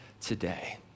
today